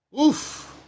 Oof